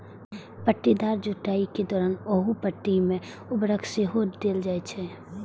पट्टीदार जुताइ के दौरान ओहि पट्टी मे उर्वरक सेहो देल जाइ छै